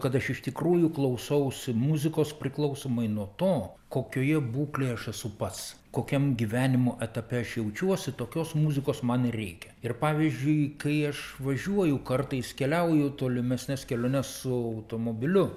kad aš iš tikrųjų klausausi muzikos priklausomai nuo to kokioje būklėj aš esu pats kokiam gyvenimo etape aš jaučiuosi tokios muzikos man ir reikia ir pavyzdžiui kai aš važiuoju kartais keliauju į tolimesnes keliones su automobiliu